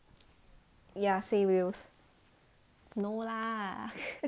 ya say no lah